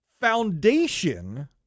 foundation